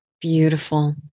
Beautiful